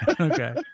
Okay